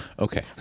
Okay